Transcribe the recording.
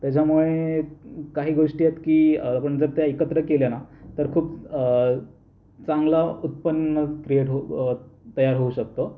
त्याच्यामुळे काही गोष्टी आहेत की आपण जर त्या एकत्र केल्या ना तर खूप चांगलं उत्पन्न क्रिएट होऊ तयार होऊ शकतं